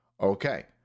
Okay